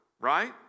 right